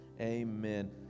amen